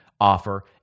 offer